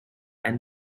and